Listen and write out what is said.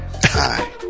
Hi